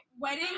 wedding